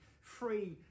free